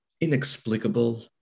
inexplicable